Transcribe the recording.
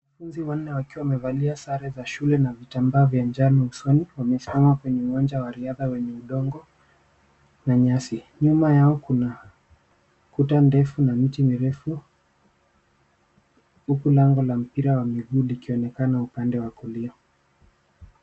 Wanafunzi wanne wakiwa wamevalia sare za shule na vitamba vya njano usoni. Wamesimama kwenye uwanja wa riadha wenye udongo na nyasi. Nyuma yao kuna kuta ndefu na miti mirefu huku lango wa mpira wa miguu likionekana upande wa kulia.